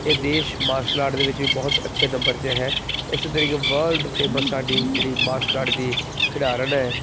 ਇਹ ਦੇਸ਼ martial art ਦੇ ਵਿੱਚ ਵੀ ਬਹੁਤ ਅੱਛੇ ਨੰਬਰ 'ਚ ਹੈ ਇਸ ਤਰੀਕੇ ਵਰਲਡ ਫੇਮਸ ਸਾਡੀ ਜਿਹੜੀ ਮਾਰਸ਼ਲ ਆਰਟ ਦੀ ਖਿਡਾਰਨ ਹੈ